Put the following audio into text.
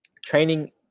Training